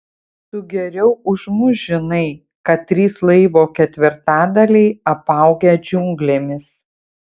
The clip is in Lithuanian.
tu geriau už mus žinai kad trys laivo ketvirtadaliai apaugę džiunglėmis